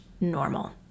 normal